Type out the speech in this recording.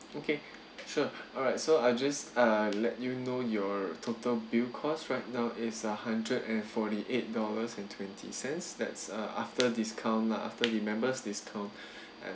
okay sure alright so I'll just uh let you know your total bill cause right now is uh hundred and forty-eight dollars and twenty cents that's uh after discount lah after the members discount and